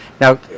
Now